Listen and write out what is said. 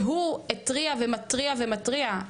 שהוא התריע ומתריע ומתריע,